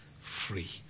free